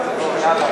כאן.